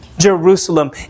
Jerusalem